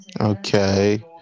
Okay